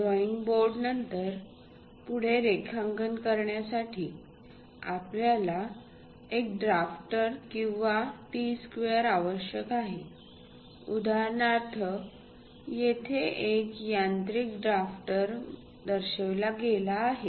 drawing board नंतर पुढे रेखांकन काढण्यासाठी आम्हाला एक ड्राफ्टर किंवा T स्क्वेअर आवश्यक आहे उदाहरणार्थ येथे एक यांत्रिक ड्राफ्टर दर्शविला गेला आहे